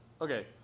okay